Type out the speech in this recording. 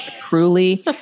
truly